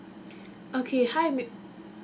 okay hi